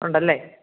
ഉണ്ട് അല്ലേ